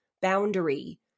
boundary